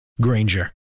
Granger